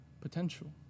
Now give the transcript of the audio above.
potential